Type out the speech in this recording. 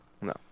No